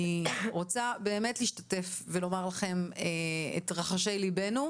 אני רוצה באמת להשתתף ולומר לכם את רחשי ליבנו,